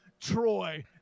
Troy